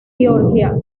georgia